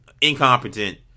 incompetent